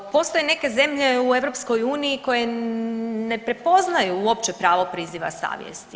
Postoje neke zemlje u EU koje ne prepoznaju uopće pravo priziva savjesti.